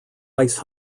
ice